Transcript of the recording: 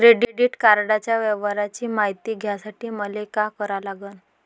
Credit कार्डाच्या व्यवहाराची मायती घ्यासाठी मले का करा लागन?